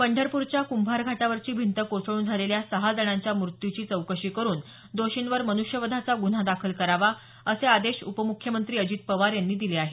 पंढरपूरच्या कुंभार घाटावरची भिंत कोसळून झालेल्या सहा जणांच्या मृत्यूची चौकशी करुन दोषींवर मनुष्यवधाचा गुन्हा दाखल करावा असे आदेश उपमुख्यमंत्री अजित पवार यांनी दिले आहेत